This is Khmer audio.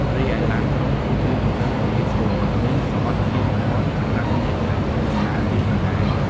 រីឯឡានក្រុងគឺជាជម្រើសដ៏ងាយស្រួល និងមានសុវត្ថិភាពបំផុតសម្រាប់អ្នកដែលធ្វើដំណើរពីចម្ងាយ។